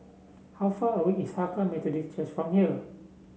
how far away is Hakka Methodist Church from here